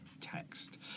text